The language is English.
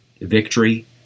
Victory